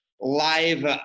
live